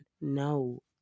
no